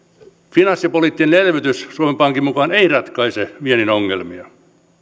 finanssipoliittinen elvytys suomen pankin mukaan ei ratkaise viennin ongelmia